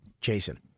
Jason